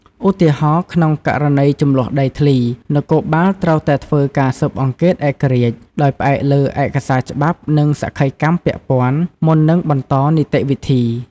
ឧទាហរណ៍ ក្នុងករណីជម្លោះដីធ្លី នគរបាលត្រូវតែធ្វើការស៊ើបអង្កេតឯករាជ្យ ដោយផ្អែកលើឯកសារច្បាប់ និងសក្ខីកម្មពាក់ព័ន្ធ មុននឹងបន្តនីតិវិធី។